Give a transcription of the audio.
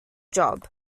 job